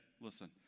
Listen